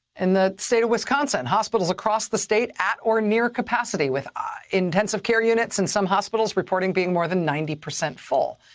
in the state of wisconsin, hospitals across the state at or near capacity with ah intensive care units in some hospitals reporting being more than ninety percent full.